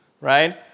right